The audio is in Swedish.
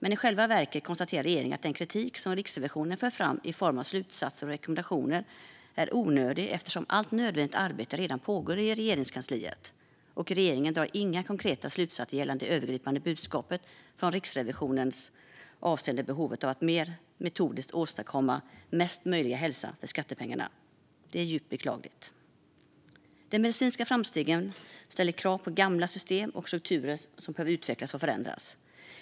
I själva verket konstaterar dock regeringen att den kritik som Riksrevisionen för fram i form av slutsatser och rekommendationer är onödig eftersom allt nödvändigt arbete redan pågår i Regeringskansliet. Regeringen drar heller inga konkreta slutsatser gällande det övergripande budskapet från Riksrevisionen avseende behovet av att mer metodiskt åstadkomma mesta möjliga hälsa för skattepengarna. Det är djupt beklagligt. De medicinska framstegen ställer nya krav på gamla system och strukturer, som behöver utvecklas och förändras.